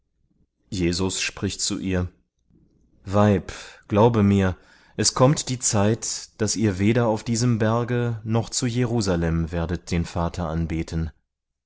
jesus spricht zu ihr weib glaube mir es kommt die zeit daß ihr weder auf diesem berge noch zu jerusalem werdet den vater anbeten